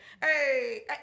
hey